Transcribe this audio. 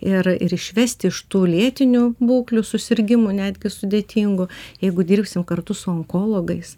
ir ir išvesti iš tų lėtinių būklių susirgimų netgi sudėtingų jeigu dirbsim kartu su onkologais